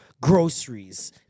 groceries